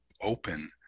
open